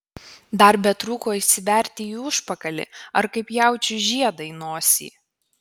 dar betrūko įsiverti į užpakalį ar kaip jaučiui žiedą į nosį